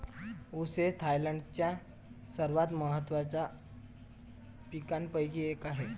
ऊस हे थायलंडच्या सर्वात महत्त्वाच्या पिकांपैकी एक आहे